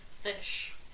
fish